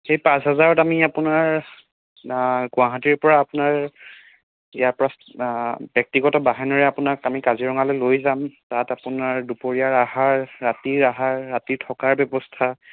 সেই পাঁচহাজাৰত আমি আপোনাৰ গুৱাহাটীৰপৰা আপোনাৰ ইয়াৰ পৰা ব্যক্তিগত বাহনেৰে আপোনাক আমি কাজিৰঙালৈ লৈ যাম তাত আপোনাৰ দুপৰীয়াৰ আহাৰ ৰাতিৰ আহাৰ ৰাতি থকাৰ ব্যৱস্থা